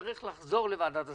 יצטרך לחזור לוועדת השרים.